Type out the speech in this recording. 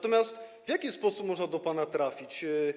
To w jaki sposób można do pana trafić?